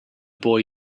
boy